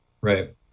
Right